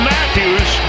Matthews